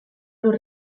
lur